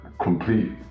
complete